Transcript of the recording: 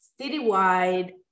citywide